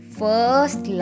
first